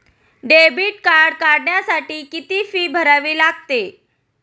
Debit card काढण्यासाठी किती fee भरावी लागते?